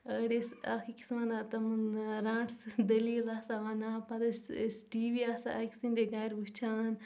أڈۍ اکھ أکِس ونان تَمہٕ رانٹسہِ دٔلیل آسان ونان پتہٕ ٲسۍ ٹی وی آسان أکۍ سِنٛدے گرِ وِچھان